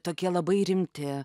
tokie labai rimti